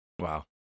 Wow